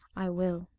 i will.